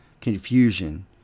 confusion